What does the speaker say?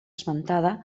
esmentada